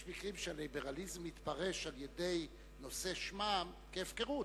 יש מקרים שהליברליזם מתפרש על-ידי נושא שמם כהפקרות.